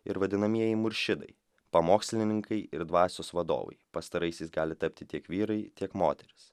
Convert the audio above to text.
ir vadinamieji muršidai pamokslininkai ir dvasios vadovai pastaraisiais gali tapti tiek vyrai tiek moterys